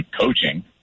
coaching